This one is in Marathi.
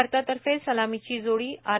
भारतातर्फे सलामीची जोडी आर